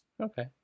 Okay